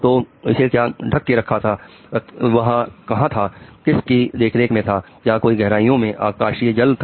तो इसे क्या ढक के रखता था वह कहां था किस की देखरेख में था क्या कोई गहराइयों में आकाशीय जल था